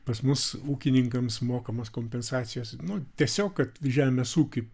pas mus ūkininkams mokamos kompensacijos nu tiesiog kad žemės ūkiui